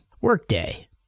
Workday